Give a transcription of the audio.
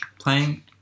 playing